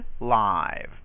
live